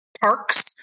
parks